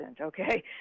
okay